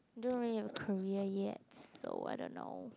don't really have a career yet so I don't know